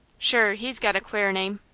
shure, he's got a quare name.